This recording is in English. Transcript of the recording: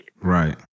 Right